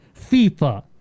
FIFA